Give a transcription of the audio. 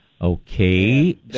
Okay